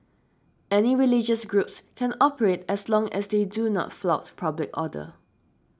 any religious groups can operate as long as they do not flout public order